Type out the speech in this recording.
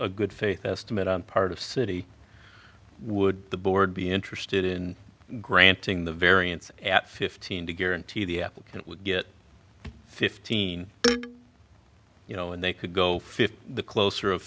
a good faith estimate on part of city would the board be interested in granting the variance at fifteen to guarantee the applicant would get fifteen you know and they could go fifty the closer of